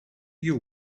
you